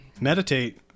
meditate